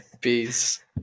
Peace